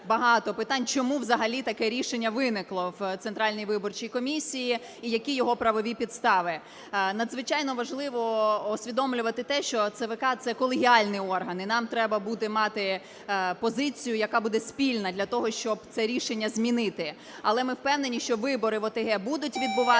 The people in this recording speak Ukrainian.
чому взагалі таке рішення виникло в Центральній виборчій комісії і які його правові підстави. Надзвичайно важливо усвідомлювати те, що ЦВК – це колегіальний орган, і нам треба буде мати позицію, яка буде спільна для того, щоб це рішення змінити. Але ми впевнені, що вибори в ОТГ будуть відбуватися,